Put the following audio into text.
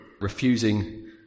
refusing